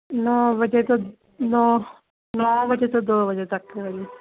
ਨੌਂ ਵਜੇ ਤੋਂ ਦ ਨੌਂ ਨੌਂ ਵਜੇ ਤੋਂ ਦੋ ਵਜੇ ਤੱਕ ਹਾਂਜੀ